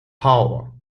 power